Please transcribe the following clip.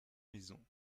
maisons